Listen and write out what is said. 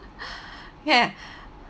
ya